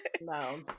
no